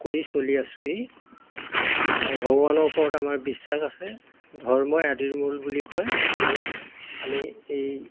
কৰি চলি আছোঁহি আৰু ভগৱানৰ ওপৰত আমাৰ বিশ্বাস আছে ধৰ্মই আদিৰ মূল বুলি কয় সেয়ে আমি এই